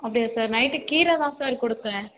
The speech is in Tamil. அப்படியா சார் நைட்டு கீரைதான் சார் கொடுத்தேன்